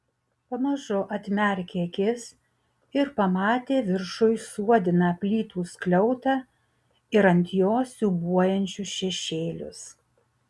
pamažu atmerkė akis ir pamatė viršuj suodiną plytų skliautą ir ant jo siūbuojančius šešėlius